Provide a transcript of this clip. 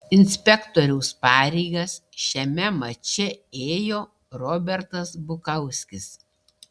inspektoriaus pareigas šiame mače ėjo robertas bukauskis